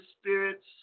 spirits